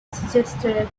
suggested